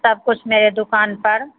सब कुछ मेरे दुकान पर